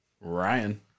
Ryan